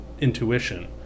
intuition